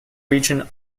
region